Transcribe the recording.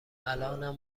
الانم